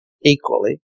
equally